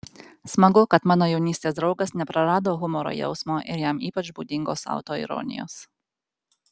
smagu kad mano jaunystės draugas neprarado humoro jausmo ir jam ypač būdingos autoironijos